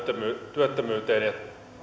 työttömyyteen